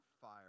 fire